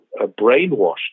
brainwashed